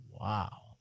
wow